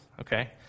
Okay